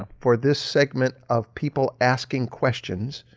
ah for this segment of people asking questions,